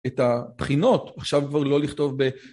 את הבחינות, עכשיו כבר לא לכתוב ב...